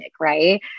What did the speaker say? right